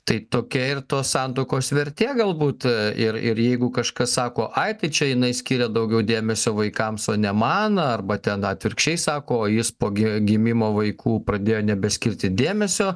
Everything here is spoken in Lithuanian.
tai tokia ir tos santuokos vertė galbūt ir jeigu kažkas sako ai tai čia jinai skiria daugiau dėmesio vaikams o ne man arba ten atvirkščiai sako jis po gimimo vaikų pradėjo nebeskirti dėmesio